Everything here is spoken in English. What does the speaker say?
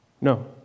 No